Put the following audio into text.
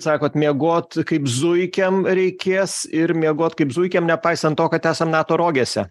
sakot miegot kaip zuikiam reikės ir miegot kaip zuikiam nepaisant to kad esam nato rogėse